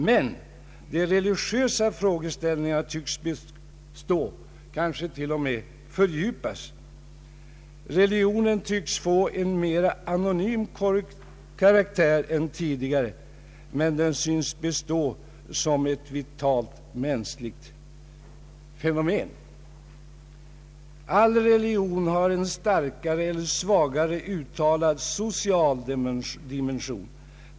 Men de religiösa frågeställningarna tycks bestå, kanske fördjupas. Re ligionen tycks få en mer anonym karaktär än tidigare. Men den synes bestå som ett vitalt mänskligt fenomen. All religion har en starkare eller svagare uttalad social dimension.